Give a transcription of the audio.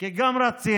כי גם רצינו